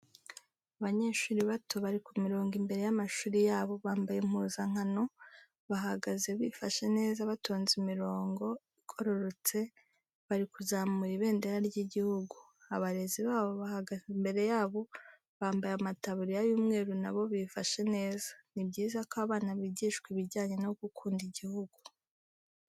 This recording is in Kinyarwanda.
Abanyeshuri bato bari ku mirongo imbere y'amashuri yabo, bambaye impuzankano bahagaze bifashe neza batonze imirongo igororotse bari kuzamura ibindera ry'igihugu. Abarezi babo bahagaze imbere yabo bambaye amataburiya y'umweru na bo bifashe neza. Ni byiza ko abana bigishwa ibijyanye no gukunda igihugu.